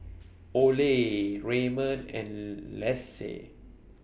Ole Raymon and Lacey